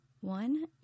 One